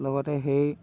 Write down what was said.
লগতে সেই